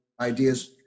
ideas